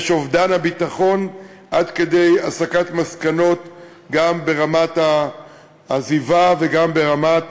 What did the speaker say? יש אובדן הביטחון עד כדי הסקת מסקנות גם ברמת העזיבה וגם ברמת